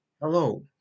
Hello